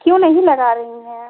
क्यूँ नहीं लगा रहीं हैं